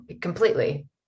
completely